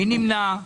מי נמנע?